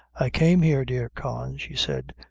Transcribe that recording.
i came here, dear con, she said,